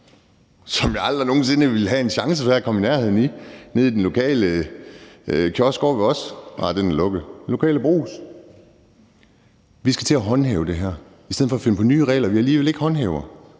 som jeg aldrig nogen sinde ville have en chance for at komme i nærheden af nede i den lokale kiosk ovre ved os – nej, den er lukket, men den lokale brugs så. Vi skal til at håndhæve det her i stedet for at finde på nye regler, vi alligevel ikke håndhæver.